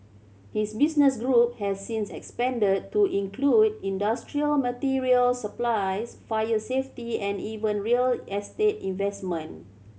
his business group has since expanded to include industrial material supplies fire safety and even real estate investment